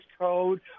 code